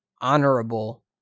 honorable